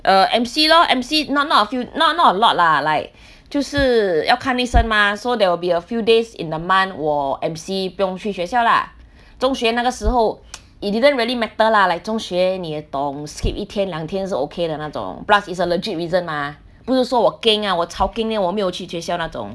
uh M_C lor M_C not not a few not not a lot lah like 就是要看医生 mah so there will be a few days in the month 我 M_C 不用去学校 lah 中学那个时候 it didn't really matter lah like 中学你也懂 skip 一天两天是 okay 的那种 plus is a legit reason mah 不是说我 keng ah 我 chao keng then 我没有去学校那种